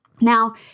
Now